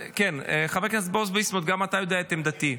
כן, חבר הכנסת בועז ביסמוט, גם אתה יודע את עמדתי,